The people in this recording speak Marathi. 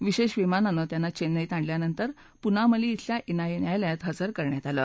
विशेष विमानानं त्यांना चेन्नईत आणल्यानंतर पुनामली थेल्या एनआयए न्यायालयात हजर करण्यात आलं